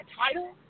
title